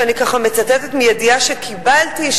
ואני ככה מצטטת מידיעה שקיבלתי,